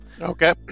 Okay